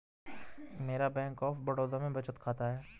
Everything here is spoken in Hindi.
मेरा बैंक ऑफ बड़ौदा में बचत खाता है